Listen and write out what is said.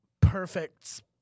perfect